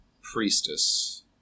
priestess